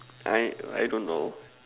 I I don't know